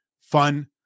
fun